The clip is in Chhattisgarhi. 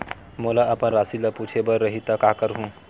मोला अपन राशि ल पूछे बर रही त का करहूं?